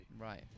Right